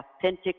authentic